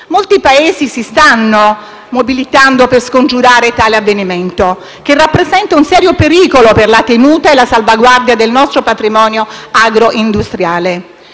Molti Paesi si stanno mobilitando per scongiurare tale avvenimento che rappresenta un serio pericolo per la tenuta e la salvaguardia del nostro patrimonio agro-industriale.